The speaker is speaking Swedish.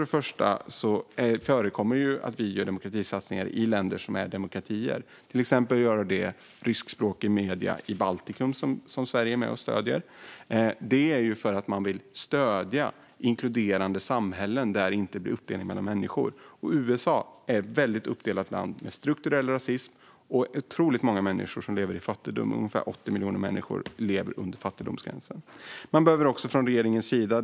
Det förekommer att vi gör demokratisatsningar i länder som är demokratier, till exempel till ryskspråkiga medier i Baltikum. Det gör man för att man vill stödja inkluderande samhällen där det inte blir uppdelning mellan människor. USA är ett väldigt uppdelat land med strukturell rasism och otroligt många människor som lever i fattigdom - ungefär 80 miljoner människor lever under fattigdomsgränsen där.